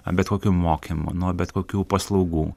bet kokių mokymų nuo bet kokių paslaugų